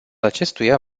acestuia